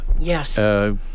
Yes